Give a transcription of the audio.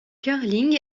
curling